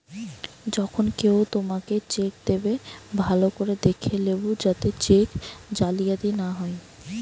যখন কেও তোমাকে চেক দেবে, ভালো করে দেখে লেবু যাতে চেক জালিয়াতি না হয়